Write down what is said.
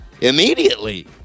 immediately